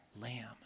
lamb